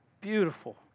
beautiful